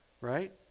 right